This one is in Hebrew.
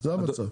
זה המצב.